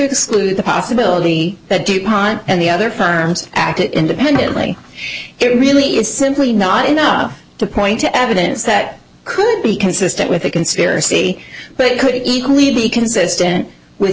exclude the possibility that dupont and the other firms acted independently it really is simply not enough to point to evidence that could be consistent with a conspiracy but it could equally be consistent with